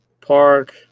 Park